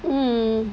um